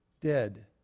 dead